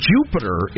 Jupiter